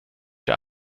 der